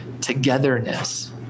togetherness